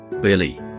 Billy